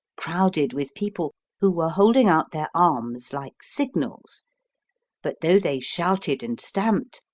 crowded with people who were holding out their arms like signals but though they shouted and stamped,